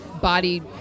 Body